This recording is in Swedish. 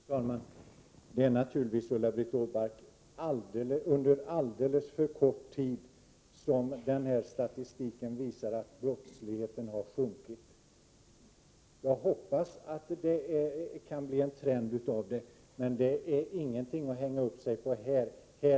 Fru talman! Det är naturligtvis, Ulla-Britt Åbark, under alldeles för kort tid som den här statistiken visar att brottsligheten har sjunkit. Jag hoppas att det kan bli en trend av de senaste siffrorna, men de är ingenting att hänga upp sitt resonemang på i dag.